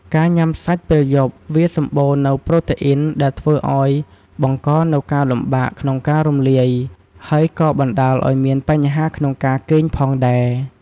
ការញុំាសាច់ពេលយប់ វាសម្បូរនូវប្រូតេអ៊ីនដែលធ្វើឲ្យបង្កនូវការលំបាកក្នុងការរំលាយ ហើយក៏បណ្តាលឲ្យមានបញ្ហាក្នុងការគេងផងដែរ។